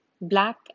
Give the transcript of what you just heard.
Black